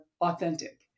authentic